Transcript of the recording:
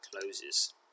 closes